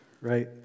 right